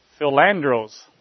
Philandros